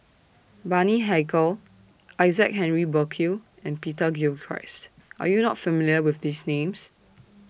Bani Haykal Isaac Henry Burkill and Peter Gilchrist Are YOU not familiar with These Names